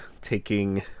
taking